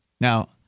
Now—